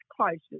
crisis